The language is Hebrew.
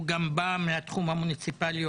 הוא בא מהתחום המוניציפלי,